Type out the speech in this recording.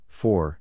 four